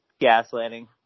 gaslighting